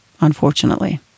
Unfortunately